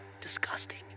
Disgusting